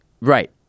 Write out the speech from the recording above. right